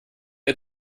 ihr